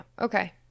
okay